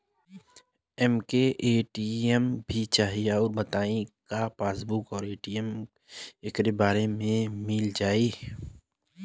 हमके ए.टी.एम भी चाही राउर बताई का पासबुक और ए.टी.एम एके बार में मील जाई का?